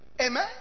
Amen